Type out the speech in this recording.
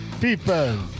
people